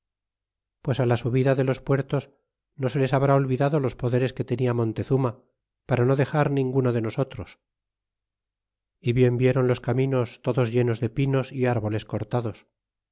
pues á la subida de los puertos no se les habrá olvidado los poderes que tenia montezuma para no dexar ninguno de nosotros y bien viéron los caminos todos llenos de pinos y árboles cortados